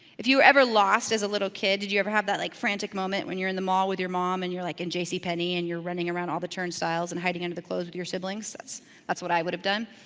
if you were ever lost as a little kid, did you ever have that like frantic moment when you're in the mall with your mom and you're like in jc penney and you're running around all the turnstyles and hiding under the clothes with your siblings? that's that's what i would have done.